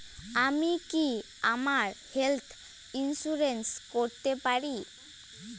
আমি কি আমার হেলথ ইন্সুরেন্স করতে পারি?